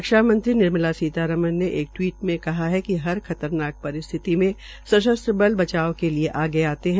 रक्षा मंत्री निर्मला सीमारमण ने एक टवीट मे कहा है कि हर खतरनाक परिस्थिति मे सशस्त्र बल बचाव के लिये आगे आते है